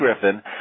Griffin